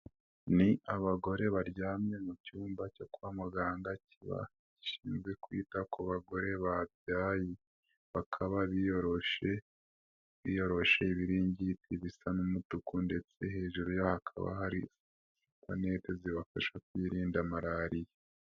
Ni abagore baryamye mu cyumba cyo kwa muganga kiba gishinzwe kwita ku bagore babyaye, bakaba biyoroshe, biyoroshe ibiringiti bisa n'umutuku, ndetse hejuru ya hakaba hari supanete zibafasha kwirinda malariya.